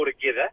together